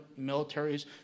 militaries